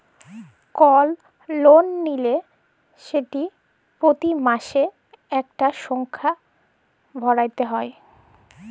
call লল লিলে সেট পতি মাসে ইকটা সংখ্যা ভ্যইরতে হ্যয়